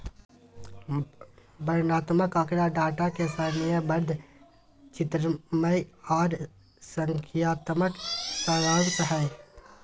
वर्णनात्मक आँकड़ा डाटा के सारणीबद्ध, चित्रमय आर संख्यात्मक सारांश हय